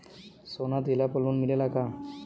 सोना दिहला पर लोन मिलेला का?